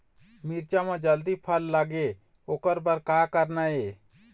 मिरचा म जल्दी फल लगे ओकर बर का करना ये?